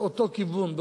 באותו כיוון,